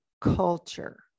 culture